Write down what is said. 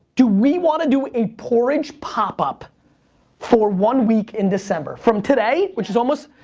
do we wanna do a porridge popup for one week in december? from today, which is almost.